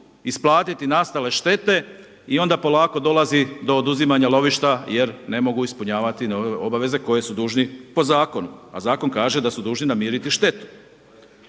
isplatiti nastale štete i onda polako dolazi do oduzimanja lovišta jer ne mogu ispunjavati nove obaveze koje su dužni po zakonu. A zakon kaže da su dužni namiriti štetu.